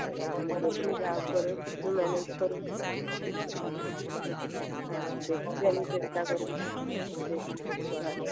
এবারে আপনি দেখুন যা হোক করে ম্যানেজ করুন আর কি হ্যাঁ হ্যাঁ দেখছি আমি চেষ্টা করে দেখি কী করা যায়